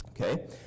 okay